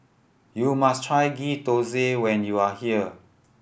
you must try Ghee Thosai when you are here